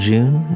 June